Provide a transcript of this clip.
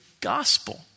gospel